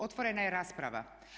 otvorena je rasprava.